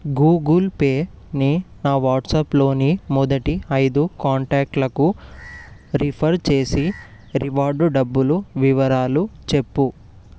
Google పేని నా వాట్సాప్లోని మొదటి ఐదు కాంటాక్ట్లకు రిఫర్ చేసి రివార్డ్ డబ్బులు వివరాలు చెప్పు